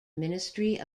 ministry